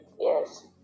Yes